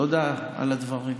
תודה על הדברים.